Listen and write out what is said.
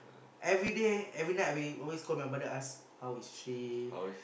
everyday every night we always call my mother ask how is she